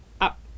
up